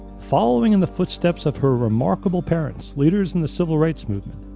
following in the footsteps of her remarkable parents, leaders in the civil rights movement,